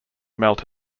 melt